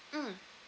mmhmm